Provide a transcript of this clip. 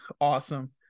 awesome